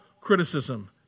criticism